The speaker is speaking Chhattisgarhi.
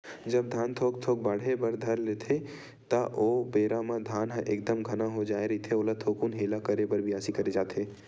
जब धान थोक थोक बाड़हे बर लेथे ता ओ बेरा म धान ह एकदम घना हो जाय रहिथे ओला थोकुन हेला करे बर बियासी करे जाथे